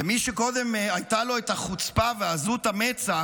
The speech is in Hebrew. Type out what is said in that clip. ומי שקודם הייתה לו החוצפה ועזות המצח,